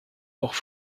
noch